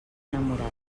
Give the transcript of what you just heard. enamorat